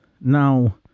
Now